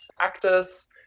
actors